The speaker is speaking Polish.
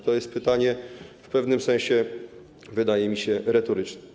To jest pytanie w pewnym sensie, wydaje mi się, retoryczne.